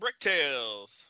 Bricktails